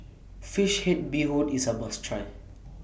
Fish Head Bee Hoon IS A must Try